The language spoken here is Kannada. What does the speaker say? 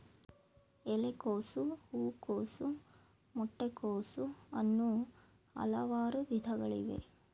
ಎಲೆಕೋಸು, ಹೂಕೋಸು, ಮೊಟ್ಟೆ ಕೋಸು, ಅನ್ನೂ ಹಲವಾರು ವಿಧಗಳಿವೆ